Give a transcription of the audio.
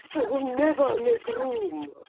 i will never make room!